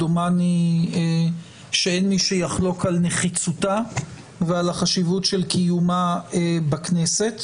דומני שאין מי שיחלוק על נחיצותה ועל החשיבות של קיומה בכנסת,